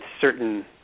certain